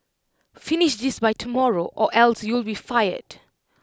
finish this by tomorrow or else you'll be fired